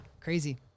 crazy